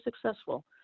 successful